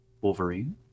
Wolverine